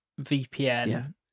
VPN